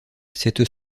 cette